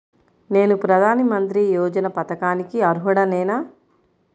నేను ప్రధాని మంత్రి యోజన పథకానికి అర్హుడ నేన?